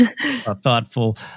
thoughtful